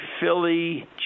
Philly